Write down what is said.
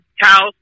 house